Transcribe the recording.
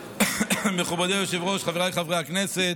מכובדי היושב-ראש, חבריי חברי הכנסת,